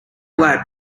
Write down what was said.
lab